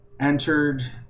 entered –